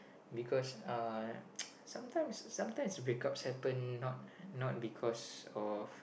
because uh sometimes sometimes breakups happen not not because of